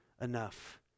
enough